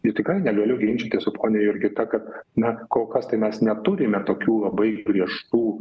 ir tikrai negaliu ginčytis su ponia jurgita kad na kol kas tai mes neturime tokių labai griežtų